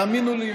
האמינו לי,